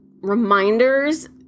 reminders